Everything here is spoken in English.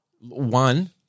one